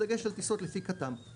בדגש על טיסה לפי כט"מ;